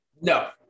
No